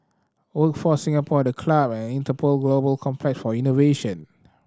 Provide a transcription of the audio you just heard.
Workforce Singapore The Club and Interpol Global Complex for Innovation